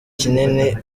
kinini